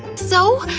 so,